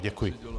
Děkuji.